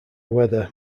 weather